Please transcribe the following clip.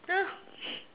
ya